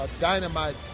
dynamite